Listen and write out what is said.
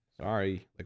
Sorry